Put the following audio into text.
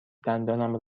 دندانم